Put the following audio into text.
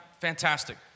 Fantastic